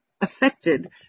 affected